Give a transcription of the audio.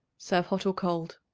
serve hot or cold.